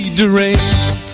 deranged